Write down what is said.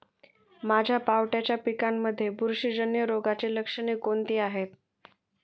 माझ्या पावट्याच्या पिकांमध्ये बुरशीजन्य रोगाची लक्षणे कोणती आहेत?